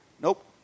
Nope